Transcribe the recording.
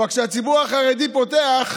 אבל כשהציבור החרדי פותח,